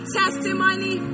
testimony